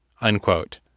Unquote